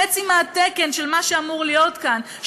חצי מהתקן של מה שאמור להיות כאן,